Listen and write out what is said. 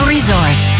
Resort